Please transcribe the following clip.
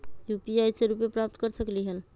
UPI से रुपए प्राप्त कर सकलीहल?